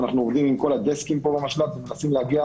ואנחנו עובדים עם כל הדסקים פה במשל"ט ומנסים להגיע